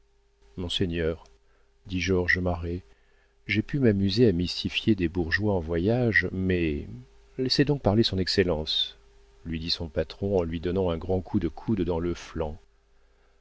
monseigneur dit georges marest j'ai pu m'amuser à mystifier des bourgeois en voyage mais laissez donc parler son excellence lui dit son patron en lui donnant un grand coup de coude dans le flanc